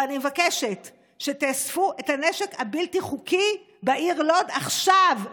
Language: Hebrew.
ואני מבקשת שתאספו את הנשק הבלתי-חוקי בעיר לוד עכשיו,